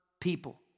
people